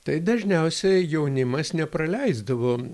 tai dažniausiai jaunimas nepraleisdavo